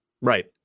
Right